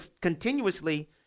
continuously